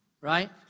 Right